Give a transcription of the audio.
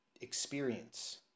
experience